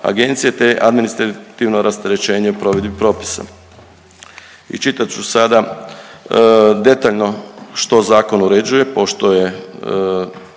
te administrativno rasterećenje o provedbi propisa. I čitat ću sada detaljno što zakon uređuje pošto je